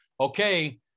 okay